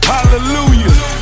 Hallelujah